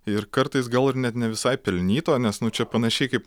ir kartais gal ir net ne visai pelnyto nes nu čia panašiai kaip